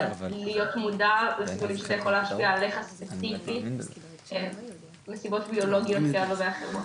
מודע ואיך זה יכול להשפיע עליך ספציפית מסיבות ביולוגיות כאלו ואחרים.